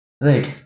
Wait